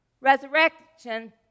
Resurrection